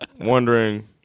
wondering